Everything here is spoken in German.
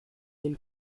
den